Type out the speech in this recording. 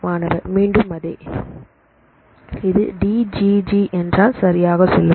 மாணவர் மீண்டும் அதே இது டிஜிஜி என்றால் சரியாகச் சொல்லும்